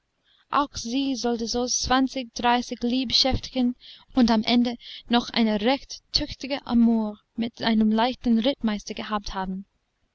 auch sie sollte so zwanzig dreißig liebschäftchen und am ende noch eine recht tüchtige amour mit einem leichten rittmeister gehabt haben